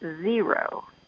Zero